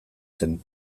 zen